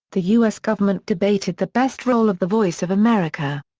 the u s. government debated the best role of the voice of america.